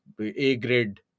A-grade